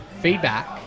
feedback